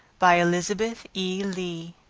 by elizabeth e. lea